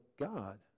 God